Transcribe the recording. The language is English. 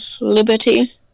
Liberty